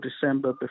December